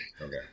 Okay